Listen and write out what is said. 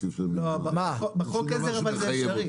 בחוק עזר זה אפשרי.